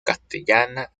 castellana